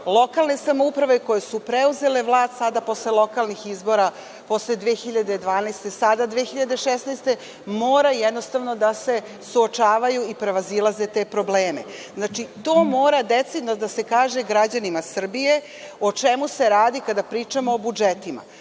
lokalne samouprave koje su preuzele vlast sada posle lokalnih izbora, posle 2012. godine, sada 2016. godine moraju da se suočavaju i da prevazilaze te probleme. To mora decidno da se kaže građanima Srbije, o čemu se radi kada pričamo o budžetima. Kada